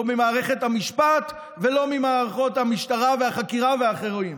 לא ממערכת המשפט ולא ממערכות המשטרה והחקירה והאחרות.